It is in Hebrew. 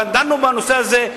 דנו המון בנושא הזה.